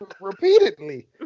Repeatedly